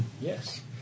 Yes